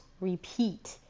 repeat